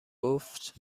گفت